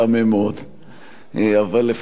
אבל לפעמים יש גם כאלה כאן,